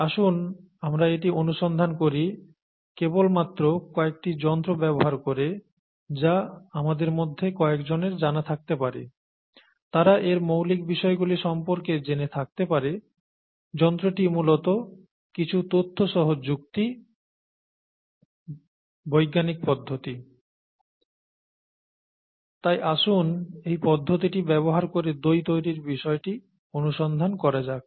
আসুন আমরা এটি অনুসন্ধান করি কেবল মাত্র কয়েকটি যন্ত্র ব্যবহার করে যা আমাদের মধ্যে কয়েকজনের জানা থাকতে পারে তারা এর মৌলিকবিষয়গুলি সম্পর্কে জেনে থাকতে পারে যন্ত্রটি মূলত কিছু তথ্যসহ যুক্তি বৈজ্ঞানিক পদ্ধতি তাই আসুন এই পদ্ধতিটি ব্যবহার করে দই তৈরির বিষয়টি অনুসন্ধান করা যাক